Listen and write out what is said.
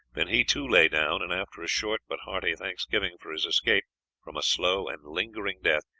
then he, too, lay down, and after a short but hearty thanksgiving for his escape from a slow and lingering death,